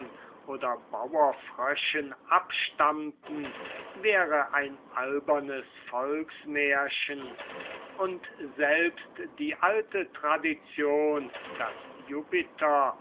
oder bauerfröschen abstammten wäre ein albernes volksmärchen und selbst die alte tradition daß jupiter